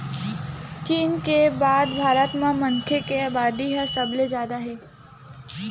चीन के बाद भारत म मनखे के अबादी ह सबले जादा हे